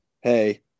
hey